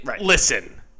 listen